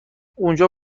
اونجا